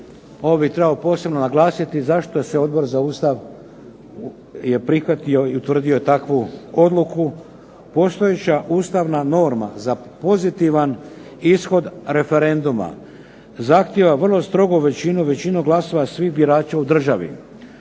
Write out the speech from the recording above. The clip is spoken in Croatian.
Ovo bih trebao posebno naglasiti zašto se Odbor za Ustav je prihvatio i utvrdio takvu odluku. Postojeća ustavna norma za pozitivan ishod referenduma zahtijeva vrlo strogu većinu, većinu glasova svih birača u državi.